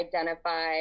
identify